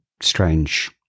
strange